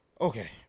Okay